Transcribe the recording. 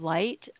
Light